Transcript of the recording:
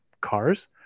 cars